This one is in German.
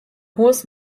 hohes